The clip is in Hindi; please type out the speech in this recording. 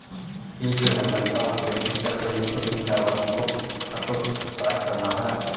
कीट प्रबंधन का उद्देश्य स्तर से नीचे कीट आबादी को हतोत्साहित करना है